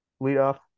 leadoff